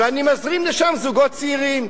אני מזרים לשם זוגות צעירים.